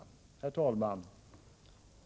Herr talman!